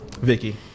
Vicky